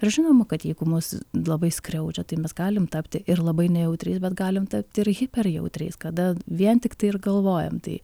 ir žinoma kad jeigu mus labai skriaudžia tai mes galim tapti ir labai nejautriais bet galim tapti ir hiperjautriais kada vien tiktai ir galvojam tai